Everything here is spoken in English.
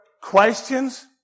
questions